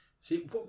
see